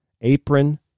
apron